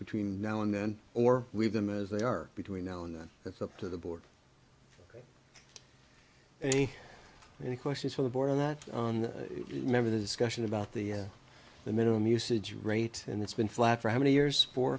between now and then or we've them as they are between now and then it's up to the board and any questions from the board and that member the discussion about the the minimum usage rate and it's been flat for how many years four